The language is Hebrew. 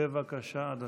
בבקשה, אדוני.